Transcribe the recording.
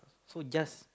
so just